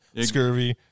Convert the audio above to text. Scurvy